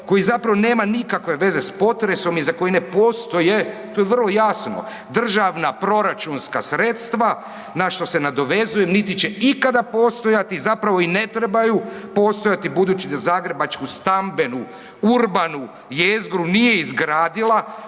koji zapravo nema nikakve veze s potresom i za koji ne postoje, to je vrlo jasno, državna, proračunska sredstva na što se nadovezuje niti će ikada postojati, zapravo i ne trebaju postojati budući da zagrebačku stambenu, urbanu jezgru nije izgradila